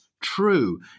true